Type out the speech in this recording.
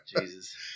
Jesus